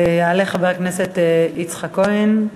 ויעלה חבר הכנסת יצחק כהן.